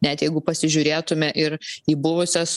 net jeigu pasižiūrėtume ir į buvusias